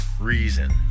reason